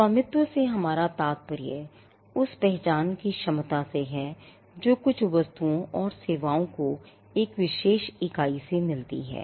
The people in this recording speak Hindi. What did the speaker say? स्वामित्व से हमारा तात्पर्य उस पहचान की क्षमता से है जो कुछ वस्तुओं और सेवाओं को एक विशेष इकाई से मिली है